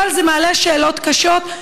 אבל זה מעלה שאלות קשות.